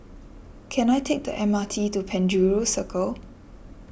can I take the M R T to Penjuru Circle